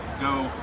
go